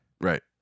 Right